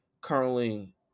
currently